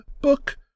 Book